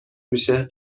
میشه